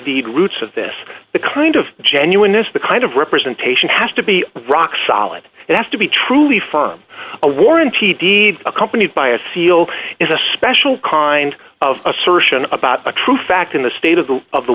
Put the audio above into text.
aidid roots of this kind of genuineness the kind of representation has to be rock solid it has to be truly from a warranty deed accompanied by a seal is a special kind of assertion about a true fact in the state of the of the